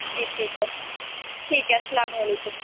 جی ٹھیک ہے ٹھیک ہے السلام علیکم